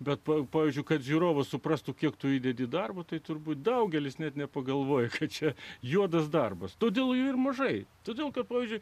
bet pavyzdžiui kad žiūrovas suprastų kiek tu įdedi darbo tai turbūt daugelis net nepagalvoja kad čia juodas darbas todėl jų ir mažai todėl kad pavyzdžiui